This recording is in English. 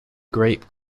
grape